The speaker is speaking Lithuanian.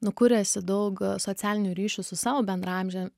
nu kuriasi daug socialinių ryšių su savo bendraamžia